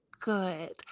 good